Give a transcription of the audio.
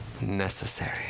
necessary